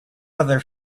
other